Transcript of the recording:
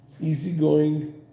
easygoing